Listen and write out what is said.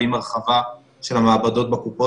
ואם הרחבה של המעבדות בקופות,